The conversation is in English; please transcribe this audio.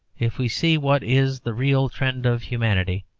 if we see what is the real trend of humanity,